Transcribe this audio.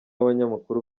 abanyamakuru